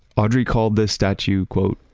audrey called the statue quote,